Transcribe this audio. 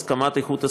אז קמ"ט איכות הסביבה,